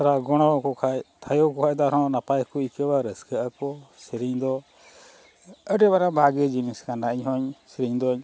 ᱛᱷᱚᱲᱟ ᱜᱚᱲᱚᱣ ᱠᱚ ᱠᱷᱟᱱ ᱛᱷᱟᱭᱳ ᱠᱚ ᱠᱷᱟᱱ ᱫᱚ ᱟᱨᱦᱚᱸ ᱱᱟᱯᱟᱭ ᱠᱚ ᱟᱹᱭᱠᱟᱹᱣᱟ ᱨᱟᱹᱥᱠᱟᱹᱜ ᱟᱠᱚ ᱥᱮᱨᱮᱧ ᱫᱚ ᱟᱹᱰᱤ ᱢᱟᱨᱟᱝ ᱵᱷᱟᱜᱮ ᱡᱤᱱᱤᱥ ᱠᱟᱱᱟ ᱤᱧ ᱦᱚᱸᱧ ᱥᱮᱨᱮᱧ ᱫᱚᱧ